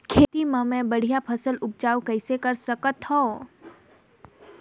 खेती म मै बढ़िया फसल उपजाऊ कइसे कर सकत थव?